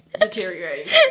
deteriorating